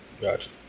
Gotcha